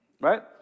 Right